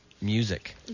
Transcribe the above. music